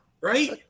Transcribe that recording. right